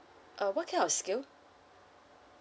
uh what kind of skill